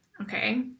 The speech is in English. okay